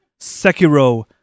Sekiro